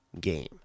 game